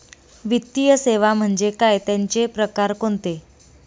वित्तीय सेवा म्हणजे काय? त्यांचे प्रकार कोणते?